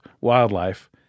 wildlife